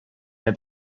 der